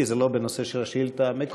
כי זה לא בנושא של השאילתה המקורית,